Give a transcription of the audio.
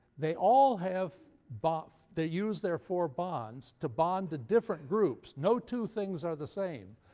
they all have but they use their four bonds to bond to different groups. no two things are the same.